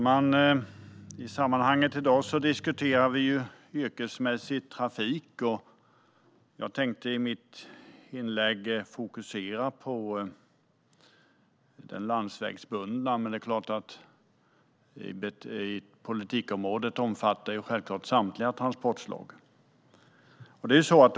Herr ålderspresident! I dag diskuterar vi yrkesmässig trafik. Jag tänker fokusera på den landsvägsbundna trafiken i mitt inlägg, men politikområdet omfattar självfallet samtliga transportslag.